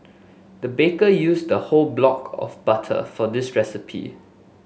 the baker used a whole block of butter for this recipe